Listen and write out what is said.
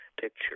picture